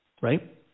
right